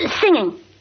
Singing